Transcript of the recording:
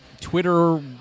Twitter